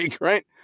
right